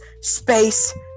Space